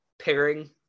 pairing